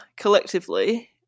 collectively